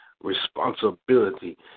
responsibility